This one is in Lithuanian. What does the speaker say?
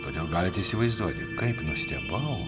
todėl galite įsivaizduoti kaip nustebau